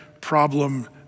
problem